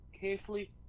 carefully